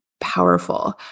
powerful